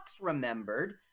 remembered